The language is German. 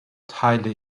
teile